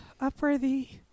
Upworthy